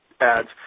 ads